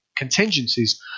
contingencies